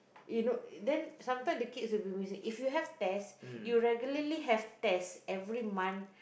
you know then sometime the kids will be missing if you have test you regularly have test every month